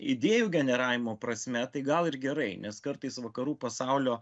idėjų generavimo prasme tai gal ir gerai nes kartais vakarų pasaulio